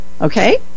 okay